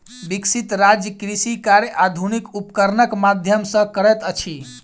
विकसित राज्य कृषि कार्य आधुनिक उपकरणक माध्यम सॅ करैत अछि